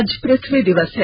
आज पृथ्वी दिवस है